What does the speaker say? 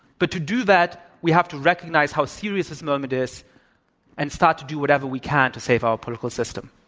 but to do that, we have to recognize how serious this moment is and start to do whatever we can to save our political system.